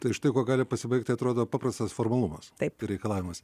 tai štai kuo gali pasibaigti atrodo paprastas formalumas taip ir reikalavimas